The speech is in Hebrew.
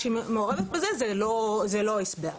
הבנו שהציבור